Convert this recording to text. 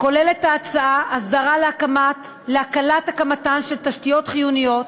כוללת ההצעה הסדרה להקלת הקמתן של תשתיות חיוניות,